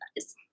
guys